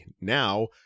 Now